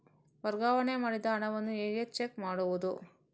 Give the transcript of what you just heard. ವರ್ಗಾವಣೆ ಮಾಡಿದ ಹಣವನ್ನು ಹೇಗೆ ಚೆಕ್ ಮಾಡುವುದು?